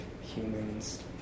humans